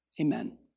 Amen